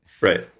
Right